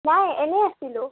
নাই এনেই আছিলোঁ